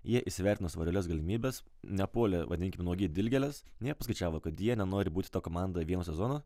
jie įsivertino savo realias galimybes nepuolė vadinkim nuogi į dilgėles jie paskaičiavo kad jie nenori būti ta komanda vieną sezoną